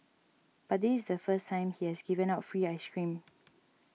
but this is the first time he has given out free ice cream